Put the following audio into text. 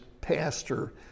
pastor